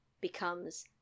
becomes